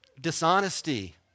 Dishonesty